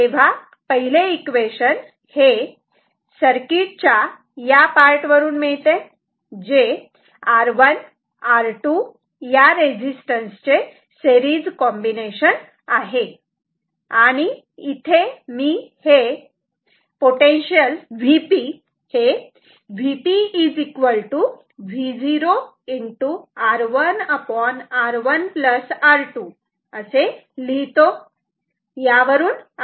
तेव्हा पहिले इक्वेशन हे सर्किट च्या या या पार्ट वरून मिळते जे R1 R2 या रेझिस्टन्स चे सेरीज कॉम्बिनेशन आहे आणि इथे मी हे Vp Vo R1R1R2 असे लिहितो